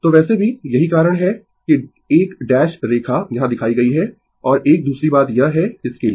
तो वैसे भी यही कारण है कि 1 डैश रेखा यहां दिखाई गई है और एक दूसरी बात यह है इसके लिए